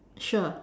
sure